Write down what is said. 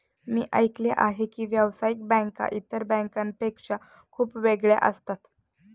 मी ऐकले आहे की व्यावसायिक बँका इतर बँकांपेक्षा खूप वेगळ्या असतात